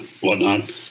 whatnot